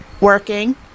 working